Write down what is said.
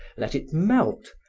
let it melt,